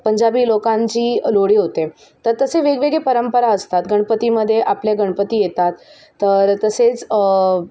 पंजाबी लोकांची लोडी होते तर तसे वेगवेगळे परंपरा असतात गणपतीमध्ये आपले गणपती येतात तर तसेच